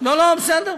לא לא, בסדר.